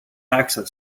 access